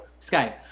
Skype